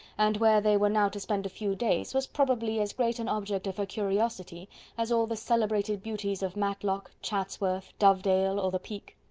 and where they were now to spend a few days, was probably as great an object of her curiosity as all the celebrated beauties of matlock, chatsworth, dovedale, or the peak.